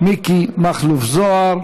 מיקי מכלוף זוהר.